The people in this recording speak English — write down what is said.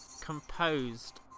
composed